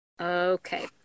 Okay